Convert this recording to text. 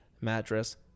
mattress